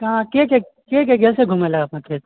हँ के के के के गेल छै घुमयलऽ अखन खेत